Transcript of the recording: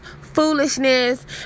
foolishness